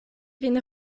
vin